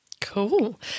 Cool